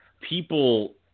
people